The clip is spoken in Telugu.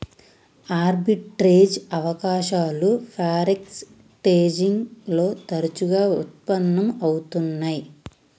ఆర్బిట్రేజ్ అవకాశాలు ఫారెక్స్ ట్రేడింగ్ లో తరచుగా వుత్పన్నం అవుతున్నై